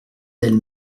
d’elle